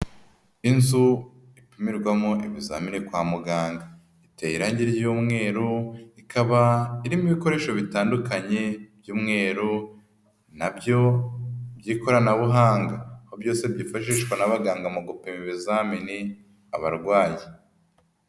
Inzu ipimirwamo ibizamiini kwa muganga. Iteye irangi ry'umweru ,ikaba irimo ibikoresho bitandukanye by'umweru n'abyo by'ikoranabuhanga. Byose byifashishwa n'abaganga mu gupima ibizamini abarwayi.